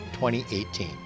2018